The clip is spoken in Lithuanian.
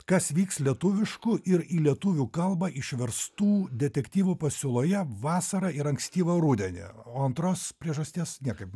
kas vyks lietuviškų ir į lietuvių kalbą išverstų detektyvų pasiūloje vasarą ir ankstyvą rudenį o antros priežasties niekaip